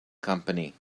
company